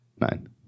Nine